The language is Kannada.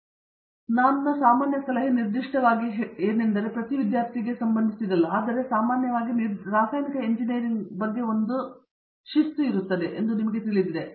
ದೇಶ್ಪಾಂಡೆ ಹೌದು ನನ್ನ ಸಾಮಾನ್ಯ ಸಲಹೆ ನಿರ್ದಿಷ್ಟವಾಗಿ ಹೇಳುವ ಪ್ರತಿ ವಿದ್ಯಾರ್ಥಿಗಳಿಗೆ ಸಂಬಂಧಿಸಿಲ್ಲ ಆದರೆ ಸಾಮಾನ್ಯವಾಗಿ ರಾಸಾಯನಿಕ ಎಂಜಿನಿಯರಿಂಗ್ ಬಗ್ಗೆ ಒಂದು ಶಿಸ್ತು ಇರುತ್ತದೆ ಎಂದು ಹೇಳಿರುವುದು ನಿಮಗೆ ತಿಳಿದಿದೆ